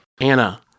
Anna